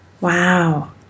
Wow